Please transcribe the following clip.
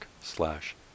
slash